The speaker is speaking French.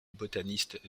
botaniste